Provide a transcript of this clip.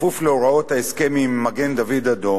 בכפוף להוראות ההסכם עם מגן-דוד-אדום,